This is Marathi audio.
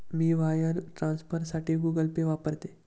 मी वायर ट्रान्सफरसाठी गुगल पे वापरते